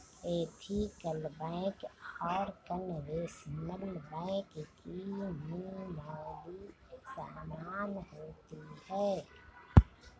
ethical bank और conventional bank की नियमावली समान होती है